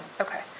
Okay